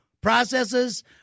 processes